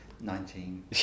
Nineteen